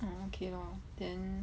orh okay lor then